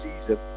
season